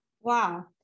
Wow